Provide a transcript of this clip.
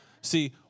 see